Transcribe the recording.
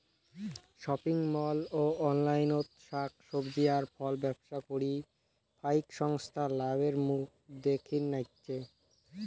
shopping mall ও অনলাইনত শাক সবজি আর ফলব্যবসা করি ফাইক সংস্থা লাভের মুখ দ্যাখির নাইগচে